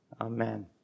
Amen